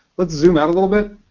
let's zoom out a little bit.